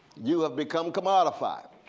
you have become commodified.